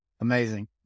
Amazing